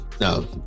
no